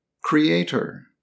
Creator